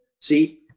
see